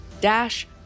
dash